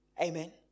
Amen